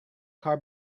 car